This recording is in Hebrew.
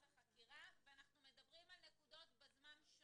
החקירה" ואנחנו מדברים על נקודות שונות בזמן.